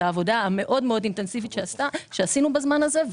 העבודה המאוד מאוד אינטנסיבית שעשינו בזמן הזה,